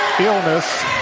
Illness